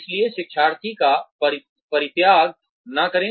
इसलिए शिक्षार्थी का परित्याग न करें